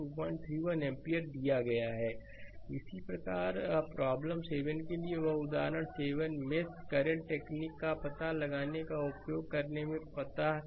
slide समय देखें 2220 इसी प्रकारप्रॉब्लम 7 के लिए वह उदाहरण 7 मेष करंट टेक्निक का पता लगाने उपयोग करने में पाता है